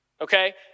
okay